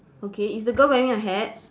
okay is the girl wearing a hat